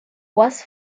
was